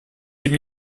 тем